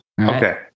okay